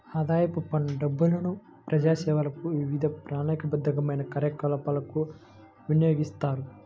ఆదాయపు పన్ను డబ్బులను ప్రజాసేవలకు, వివిధ ప్రణాళికాబద్ధమైన కార్యకలాపాలకు వినియోగిస్తారు